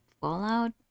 Fallout